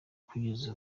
kugeza